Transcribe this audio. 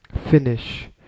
Finish